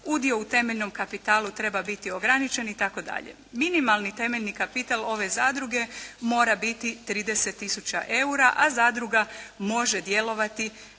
Udio u temeljnom kapitalu treba biti ograničen i tako dalje. Minimalni temeljni kapital ove zadruge mora biti 30 tisuća EUR-a a zadruga može djelovati